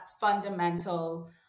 fundamental